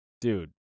Dude